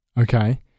Okay